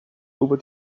over